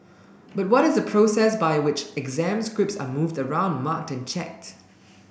but what is the process by which exam scripts are moved around marked and checked